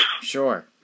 Sure